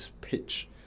pitch